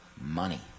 money